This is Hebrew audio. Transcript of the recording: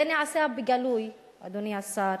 זה נעשה בגלוי, אדוני השר.